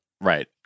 right